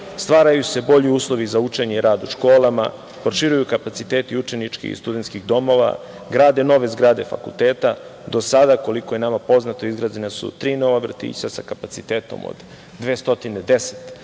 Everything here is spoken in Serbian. Stvaraju se bolji uslovi za učenje i rad u školama, proširuju kapaciteti učeničkih i studenskih domova, grade nove zgrade fakulteta. Do sada, koliko je nama poznato, izgrađena su tri nova vrtića sa kapacitetom od 210